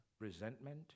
Resentment